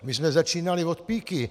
My jsme začínali od píky.